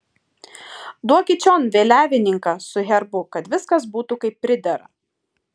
duokit čion vėliavininką su herbu kad viskas būtų kaip pridera